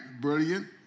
Brilliant